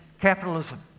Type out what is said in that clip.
capitalism